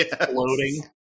floating